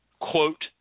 quote